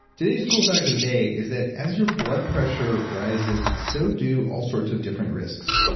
today's cool fact of the day is that, as your blood pressure rises, so do all sorts of different risks.